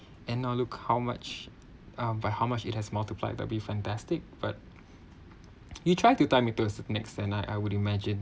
and now look how much um by how much it has multiplied might be fantastic but you try to dive into it next time I would imagine